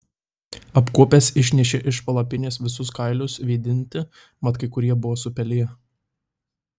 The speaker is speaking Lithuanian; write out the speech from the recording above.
apkuopęs išnešė iš palapinės visus kailius vėdinti mat kai kurie buvo supeliję